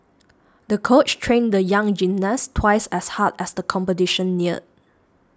the coach trained the young gymnast twice as hard as the competition neared